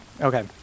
Okay